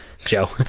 Joe